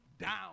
down